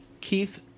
Keith